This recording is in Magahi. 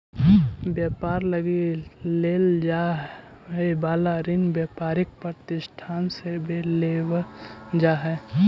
व्यापार लगी लेल जाए वाला ऋण व्यापारिक प्रतिष्ठान से लेवल जा हई